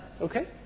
Okay